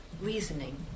reasoning